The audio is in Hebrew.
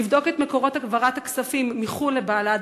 לבדוק את מקורות העברת הכספים מחו"ל לבל"ד,